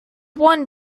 won